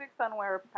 Sunwear